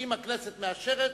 ואם הכנסת מאשרת